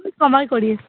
সবাই করি